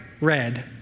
red